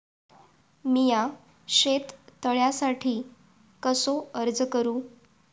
मीया शेत तळ्यासाठी कसो अर्ज करू?